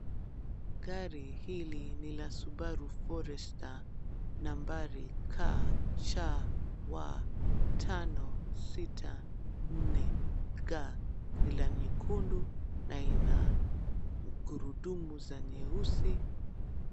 Gari hili ni la Subaru Forester, nambari KCW 564G, ni la nyekundu na ina gurudumu za nyeusi.